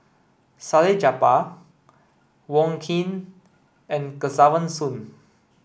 Salleh Japar Wong Keen and Kesavan Soon